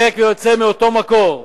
וזה יונק ויוצא מאותו מקור.